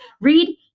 Read